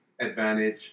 advantage